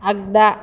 आगदा